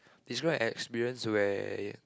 is right experience where